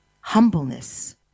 humbleness